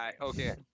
Okay